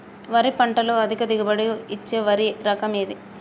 వరి పంట లో అధిక దిగుబడి ఇచ్చే వరి రకం ఏది?